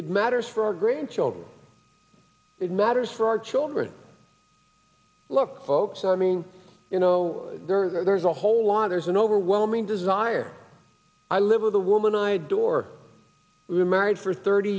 it matters for our grandchildren it matters for our children look folks i mean you know there are there's a whole lot there's an overwhelming desire i live with a woman i door remarried for thirty